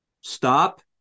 stop